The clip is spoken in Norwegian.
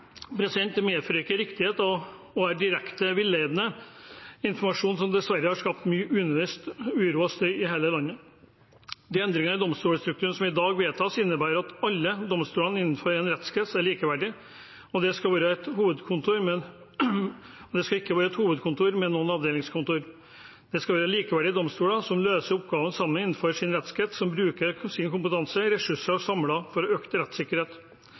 Det medfører ikke riktighet og er direkte villedende. Det er informasjon som dessverre har skapt unødvendig mye uro og støy i hele landet. De endringer i domstolstrukturen som i dag vedtas, innebærer at alle domstolene innenfor en rettskrets er likeverdige, og det skal ikke være et hovedkontor med noen avdelingskontor. Det skal være likeverdige domstoler som løser oppgavene sammen innenfor sin rettskrets, som bruker sin kompetanse og sine ressurser samlet for økt rettssikkerhet.